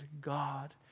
God